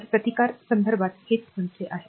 तर प्रतिकार संदर्भात हेच म्हणले आहे